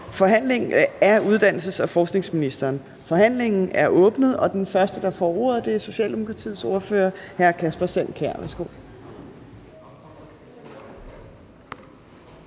Forhandling Fjerde næstformand (Trine Torp): Forhandlingen er åbnet, og den første, der får ordet, er Socialdemokratiets ordfører, hr. Kasper Sand Kjær.